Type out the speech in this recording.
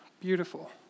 Beautiful